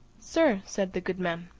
sir, said the good man,